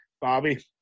Bobby